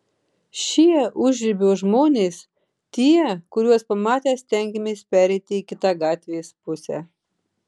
šie užribio žmonės tie kuriuos pamatę stengiamės pereiti į kitą gatvės pusę